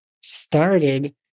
started